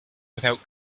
without